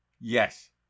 Yes